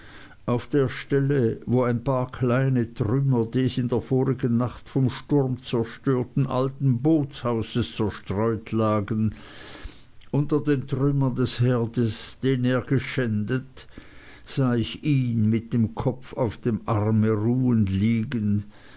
auf der stelle wo ein paar kleine trümmer des in der vorigen nacht vom sturm zerstörten alten boothauses zerstreut lagen unter den trümmern des herdes den er geschändet sah ich ihn mit dem kopf auf dem arme ruhend liegen